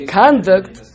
conduct